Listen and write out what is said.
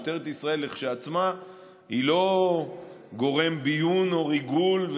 משטרת ישראל כשלעצמה היא לא גורם ביון או ריגול,